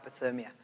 hypothermia